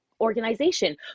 organization